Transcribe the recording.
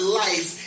life